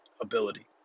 ability